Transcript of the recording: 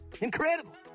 incredible